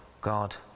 God